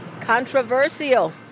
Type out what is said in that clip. Controversial